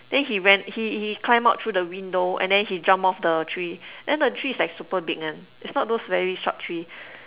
then he ran he he climb out through the window and then he jump off the tree then the tree is like super big one is not those very short tree